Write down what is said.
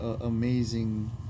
amazing